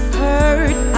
hurt